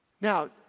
Now